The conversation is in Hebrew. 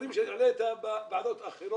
בנושאים שהעלית, נדון היום בוועדות אחרות.